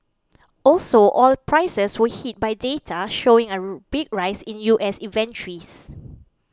also oil prices were hit by data showing a big rise in U S inventories